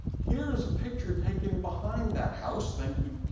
here is a picture taken behind that house thank you,